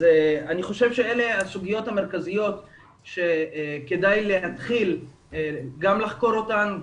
אני חושב שאלה הסוגיות המרכזיות שכדאי להתחיל גם לחקור אותן,